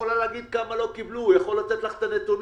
להגיד כמה לא קיבלו, הוא יכול לתת לך את הנתונים.